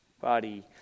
body